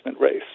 race